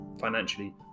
financially